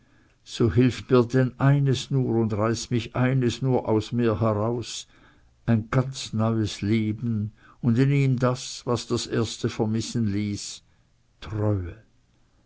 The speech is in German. so hilft mir denn eines nur und reißt mich eines nur aus mir heraus ein ganz neues leben und in ihm das was das erste vermissen ließ treue